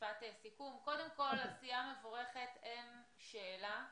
קודם כל עשייה מבורכת, אין שאלה,